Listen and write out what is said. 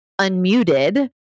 unmuted